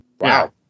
Wow